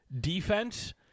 defense